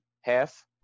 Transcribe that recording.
half